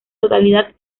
totalidad